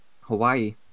Hawaii